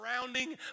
surrounding